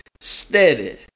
steady